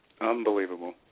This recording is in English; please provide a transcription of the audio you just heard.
Unbelievable